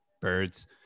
birds